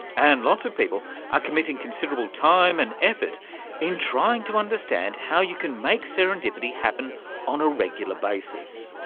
and lots of people are committing considerable time and effort in trying to understand how you can make serendipity happen on a regular basis.